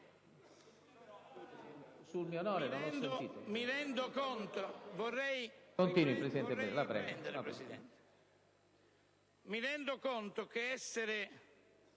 Mi rendo conto che essere